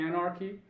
anarchy